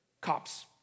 cops